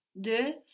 de